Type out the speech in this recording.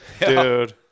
Dude